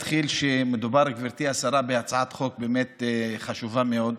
מדובר, גברתי השרה, בהצעת חוק באמת חשובה מאוד,